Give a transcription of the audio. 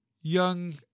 young